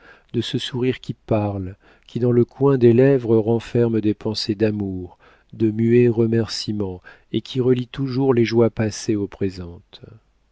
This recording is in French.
de ce sourire qui parle qui dans le coin des lèvres renferme des pensées d'amour de muets remerciements et qui relie toujours les joies passées aux présentes